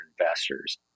investors